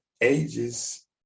ages